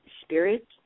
spirit